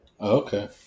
Okay